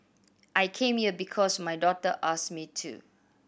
I came here because my daughter asked me to